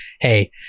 hey